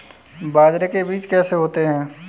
बाजरे के बीज कैसे होते हैं?